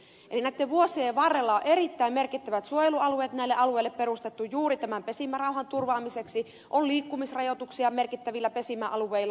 eli näitten vuosien varrella on erittäin merkittävät suojelualueet näille alueille perustettu juuri tämän pesimärauhan turvaamiseksi on liikkumisrajoituksia merkittävillä pesimäalueilla